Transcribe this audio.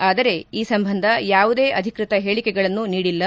ಆದರೆ ಈ ಸಂಬಂಧ ಯಾವುದೇ ಅಧಿಕೃತ ಹೇಳಿಕೆಗಳನ್ನು ನೀಡಿಲ್ಲ